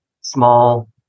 small